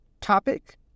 topic